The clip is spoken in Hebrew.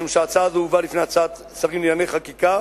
משום שההצעה הזאת הובאה לוועדת שרים לענייני חקיקה